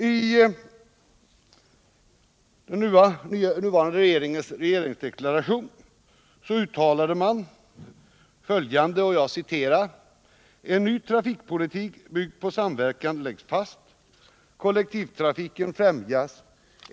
I regeringsdeklarationen från den nuvarande regeringen uttalas bl.a. följande: ”En ny trafikpolitik byggd på trafik i samverkan läggs fast. Kollektivtrafiken främjas.